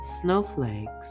Snowflakes